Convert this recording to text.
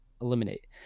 eliminate